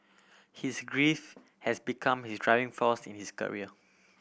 his griefs has become his driving force in his career